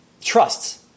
trusts